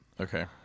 Okay